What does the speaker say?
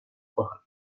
kohal